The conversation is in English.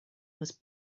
was